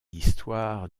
histoire